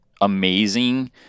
amazing